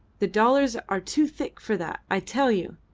the dollars are too thick for that, i tell you!